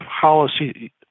policy